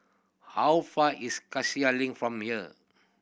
how far is Cassia Link from here